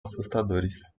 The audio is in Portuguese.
assustadores